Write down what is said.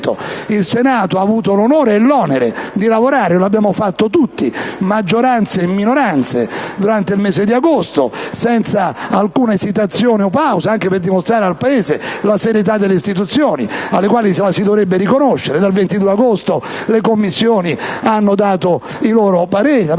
il Senato ha avuto l'onore e l'onere di lavorare; lo abbiamo fatto tutti (maggioranza e minoranze) durante il mese di agosto, senza alcuna esitazione o pausa, anche per dimostrare al Paese la serietà delle istituzioni, alle quali la si dovrebbe riconoscere. Dal 22 agosto le Commissioni hanno dato i loro pareri, la Presidenza